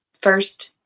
first